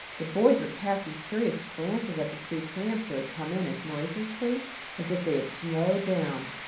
the boys were casting curious glances at the three tramps who had come in as noiselessly as if they had snowed down,